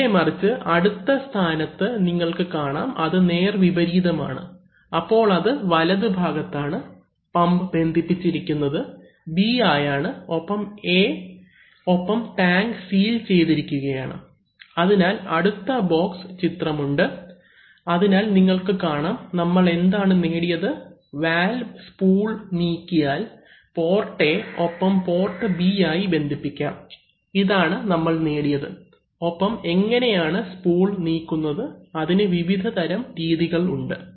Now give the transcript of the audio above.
നേരെ മറിച്ച് അടുത്ത സ്ഥാനത്ത് നിങ്ങൾക്ക് കാണാം അത് നേർവിപരീതമാണ് അപ്പോൾ അത് വലതു ഭാഗത്താണ് പമ്പ് ബന്ധിപ്പിച്ചിരിക്കുന്നത് B ആയാണ് ഒപ്പം A ഒപ്പം ടാങ്ക് സീൽ ചെയ്തിരിക്കുകയാണ് അതിനാൽ അടുത്ത ബോക്സ് ചിത്രം ഉണ്ട് അതിനാൽ നിങ്ങൾക്ക് കാണാം നമ്മൾ എന്താണ് നേടിയത് വാൽവ് സ്പൂൾ നീക്കിയാൽ പോർട്ട് A ഒപ്പം പോർട്ട് B ആയി ബന്ധിപ്പിക്കാം ഇതാണ് നമ്മൾ നേടിയത് ഒപ്പം എങ്ങനെയാണ് സ്പൂൾ നീക്കുന്നത് അതിന് വിവിധതരം രീതികൾ ഉണ്ട്